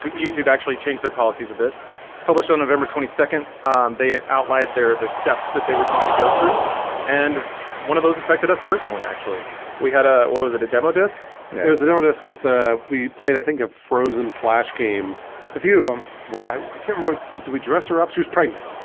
youtube actually changed their policies a bit published on november twenty second they had out lied there their steps that they were going to go through and one of those affected us personally actually we had a what was at a demo disc it was a notice with we played i think of frozen flash game a few of them where i can't remote do we dress her up she was pregnant.